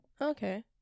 Okay